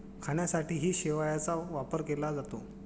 खाण्यासाठीही शेवाळाचा वापर केला जातो